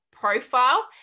Profile